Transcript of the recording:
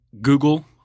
Google